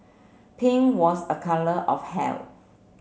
pink was a colour of health